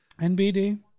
NBD